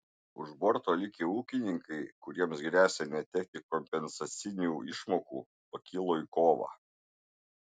už borto likę ūkininkai kuriems gresia netekti kompensacinių išmokų pakilo į kovą